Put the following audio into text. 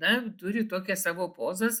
na turi tokias savo pozas